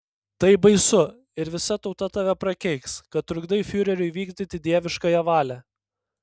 tai baisu ir visa tauta tave prakeiks kad trukdai fiureriui vykdyti dieviškąją valią